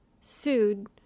sued